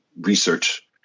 research